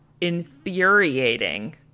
infuriating